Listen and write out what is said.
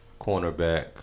cornerback